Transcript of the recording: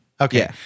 Okay